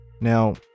Now